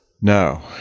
No